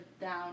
down